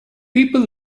people